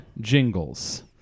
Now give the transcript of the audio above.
jingles